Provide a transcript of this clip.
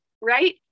right